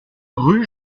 rue